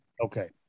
Okay